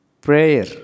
Prayer